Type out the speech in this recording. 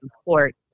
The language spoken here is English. support